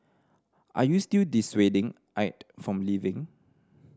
are you still dissuading Aide from leaving